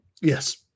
Yes